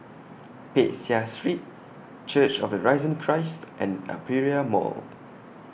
Peck Seah Street Church of The Risen Christ and Aperia Mall